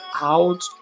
out